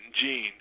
gene